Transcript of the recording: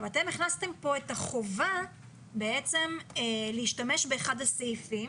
אתם הכנסתם כאן את החובה להשתמש באחד הסעיפים,